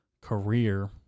career